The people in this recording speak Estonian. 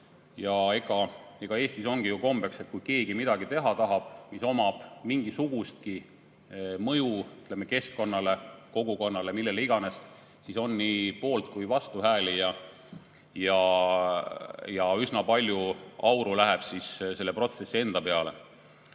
Eestis ongi kombeks, et kui keegi tahab midagi teha, mis omab mingisugustki mõju keskkonnale, kogukonnale, millele iganes, siis on nii poolt‑ kui ka vastuhääli, ja üsna palju auru läheb selle protsessi enda peale.